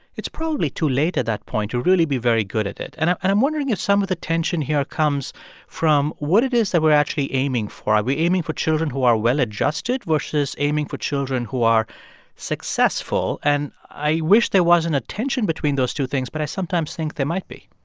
it's probably too late at that point to really be very good at it. and i'm and i'm wondering if some of the tension here comes from what it is that we're actually aiming for. are we aiming for children who are well-adjusted versus aiming for children who are successful? and i wish there wasn't a tension between those two things, but i sometimes think there might be